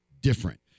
different